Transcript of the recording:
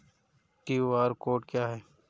QR code क्या है?